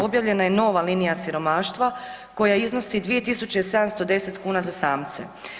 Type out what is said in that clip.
Objavljena je nova linija siromaštva koja iznosi 2710 kuna za samce.